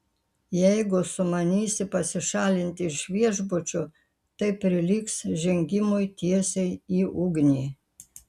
jeigu sumanysi pasišalinti iš viešbučio tai prilygs žengimui tiesiai į ugnį